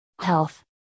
Health